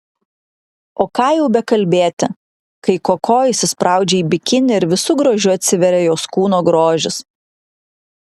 o ką jau bekalbėti kai koko įsispraudžia į bikinį ir visu grožiu atsiveria jos kūno grožis